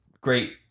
great